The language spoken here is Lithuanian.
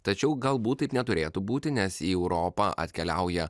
tačiau galbūt taip neturėtų būti nes į europą atkeliauja